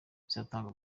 bizatanga